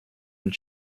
and